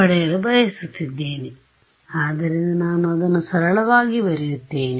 ಪಡೆಯಲು ಬದಲಾಯಿಸುತ್ತಿದ್ದೇನೆ ಆದ್ದರಿಂದ ನಾನು ಅದನ್ನು ಸರಳವಾಗಿ ಬರೆಯುತ್ತೇನೆ